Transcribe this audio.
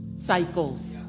cycles